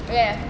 where